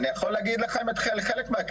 אני יכול להגיד לכם את חלק מהקריטריונים